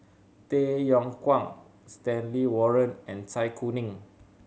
Tay Yong Kwang Stanley Warren and Zai Kuning